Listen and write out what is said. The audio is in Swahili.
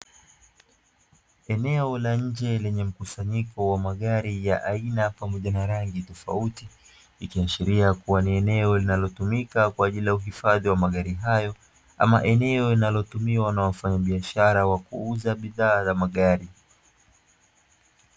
Eneo la nje lenye mkusanyiko wa magari ya aina pamoja na rangi tofauti, ikiashiria kuwa ni eneo linalotumika kwa ajili ya uhifadhi wa magari hayo ama eneo linalotumiwa na wafanyabiashara wa kuuza bidhaa za magari.